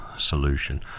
solution